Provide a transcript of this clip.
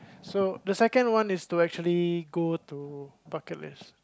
so the second is to actually go to bucket list